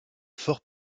fort